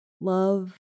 love